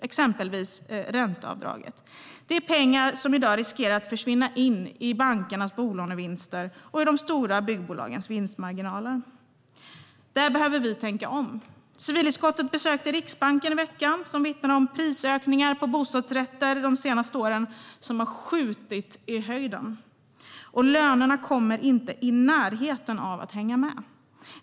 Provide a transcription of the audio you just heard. Exempelvis ränteavdraget är pengar som i dag riskerar att försvinna in i bankernas bolånevinster och de stora byggbolagens vinstmarginaler. Där behöver vi tänka om. Civilutskottet besökte i veckan Riksbanken, som vittnar om att prisökningarna på bostadsrätter de senaste åren har skjutit i höjden, och lönerna kommer inte i närheten av att hänga med.